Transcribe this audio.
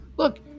Look